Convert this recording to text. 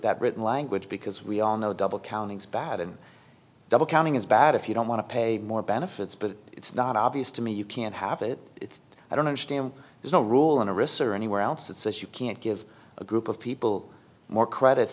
that written language because we all know double counting is bad and double counting is bad if you don't want to pay more benefits but it's not obvious to me you can't have it it's i don't understand there's no rule in a researcher anywhere else that says you can't give a group of people more credit